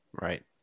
Right